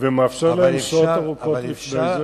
ומאפשר להם שעות ארוכות לפני זאת,